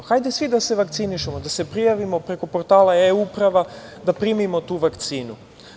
Hajde svi da se vakcinišemo, da se prijavimo preko portala E uprave, da primimo tu vakcinu.